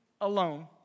alone